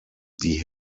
die